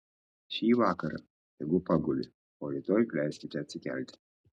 šį vakarą tegu paguli o rytoj leiskit atsikelti